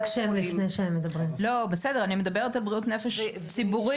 לא, בסדר, אני מדברת על בריאות נפש ציבורית.